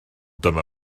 dyma